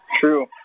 True